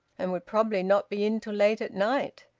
and would probably not be in till late at night.